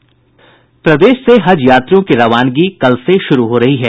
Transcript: प्रदेश से हज यात्रियों की रवानगी कल से शुरू हो रही है